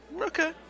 Okay